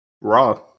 raw